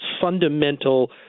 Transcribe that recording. fundamental